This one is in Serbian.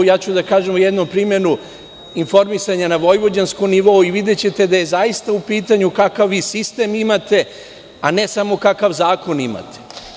Reći ću u jednom primeru informisanja na vojvođanskom nivou i videćete da je zaista u pitanju kakav vi sistem imate, a ne samo kakav zakon imate.